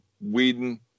Whedon